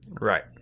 Right